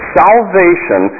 salvation